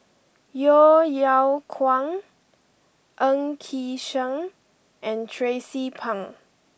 Yeo Yeow Kwang Ng Yi Sheng and Tracie Pang